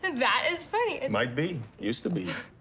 that is funny. might be? used to be?